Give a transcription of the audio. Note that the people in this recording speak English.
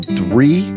three